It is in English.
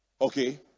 okay